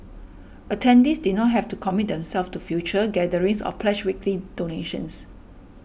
attendees did not have to commit themselves to future gatherings or pledge weekly donations